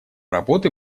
работы